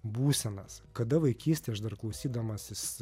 būsenas kada vaikystėj aš dar klausydamasis